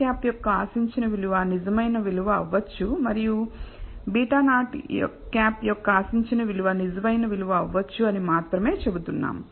β̂1 యొక్క ఆశించిన విలువ నిజమైన విలువ అవ్వచ్చు మరియు β̂₀ యొక్క ఆశించిన విలువ నిజమైన విలువ అవ్వచ్చు అని మాత్రమే చెబుతున్నాము